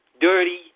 Dirty